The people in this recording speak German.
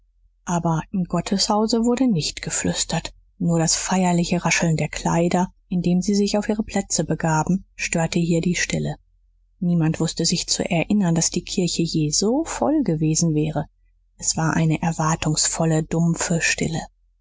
aber im gotteshause wurde nicht geflüstert nur das feierliche rascheln der kleider indem sie sich auf ihre plätze begaben störte hier die stille niemand wußte sich zu erinnern daß die kirche je so voll gewesen wäre es war eine erwartungsvolle dumpfe stille